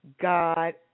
God